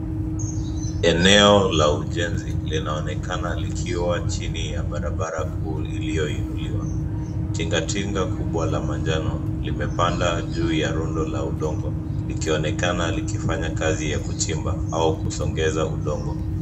Eneo la ujenzi linaonekana likiwa chini ya barabara kuu iliyoinuliwa. Tingatinga kubwa la manjano, limepanda juu ya rundo la udongo, likionekana likifanya kazi ya kuchimba, au kusongeza udongo.